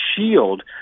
shield